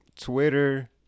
Twitter